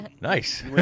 nice